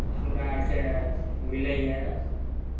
हमरा आरकेँ मिलैए